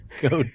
Go